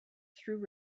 through